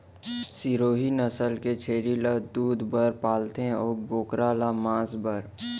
सिरोही नसल के छेरी ल दूद बर पालथें अउ बोकरा ल मांस बर